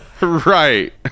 Right